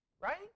right